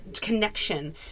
connection